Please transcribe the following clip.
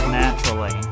naturally